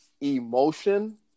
emotion